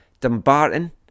Dumbarton